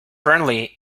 burnley